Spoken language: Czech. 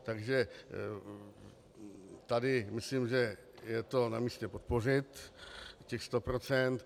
Takže tady myslím, že je namístě podpořit těch 100 %.